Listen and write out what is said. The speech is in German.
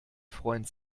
freund